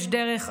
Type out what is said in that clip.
יש דרך,